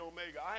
Omega